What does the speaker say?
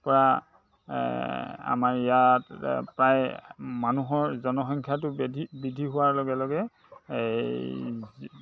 পৰা আমাৰ ইয়াত প্ৰায় মানুহৰ জনসংখ্যাটো বৃদ্ধি হোৱাৰ লগে লগে এই